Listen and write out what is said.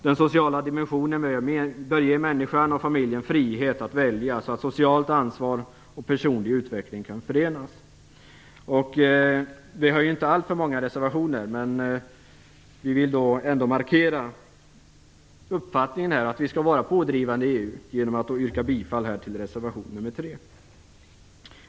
Den sociala dimensionen bör ge människan och familjen frihet att välja så att socialt ansvar och personlig utveckling kan förenas. Vi har inte alltför många reservationer. Vi vill ändå, genom att yrka bifall till reservation nr 3, markera vår uppfattning att vi skall vara pådrivande i EU.